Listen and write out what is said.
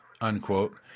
unquote